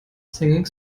singing